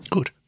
Good